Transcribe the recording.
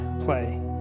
Play